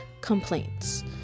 complaints